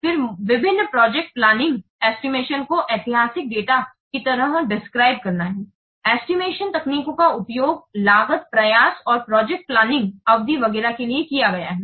फिर विभिन्न project planning estimation को ऐतिहासिक डेटा की तरह उल्लेख करना है एस्टिमेशन तकनीकों का उपयोग लागत प्रयास और प्रोजेक्ट प्लानिंग अवधि वगैरह के लिए किया गया है